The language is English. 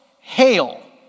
hail